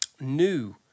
new